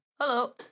Hello